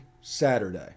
Saturday